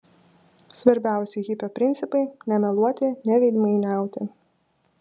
svarbiausi hipio principai nemeluoti neveidmainiauti